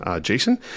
jason